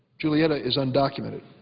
julietta is undocumented,